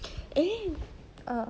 eh err